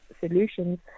solutions